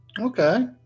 Okay